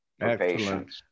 Excellent